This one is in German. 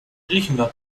griechenland